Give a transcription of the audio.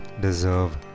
deserve